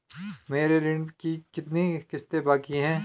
मेरे ऋण की कितनी किश्तें बाकी हैं?